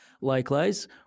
Likewise